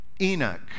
Enoch